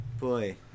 Boy